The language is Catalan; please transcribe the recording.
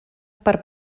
per